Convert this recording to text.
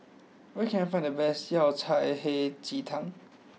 where can I find the best Yao Cai Hei Ji Tang